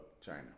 China